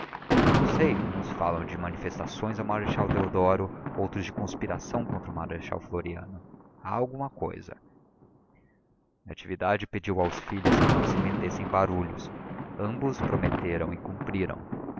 não sei uns falam de manifestações ao marechal deodoro outros de conspiração contra o marechal floriano há alguma cousa natividade pediu aos filhos que se não metessem em barulhos ambos prometeram e cumpriram